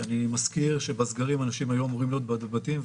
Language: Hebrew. אני מזכיר שבסגרים אנשים היו אמורים להיות בבתים,